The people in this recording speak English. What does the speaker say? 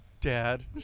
dad